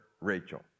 Rachel